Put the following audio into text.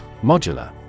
Modular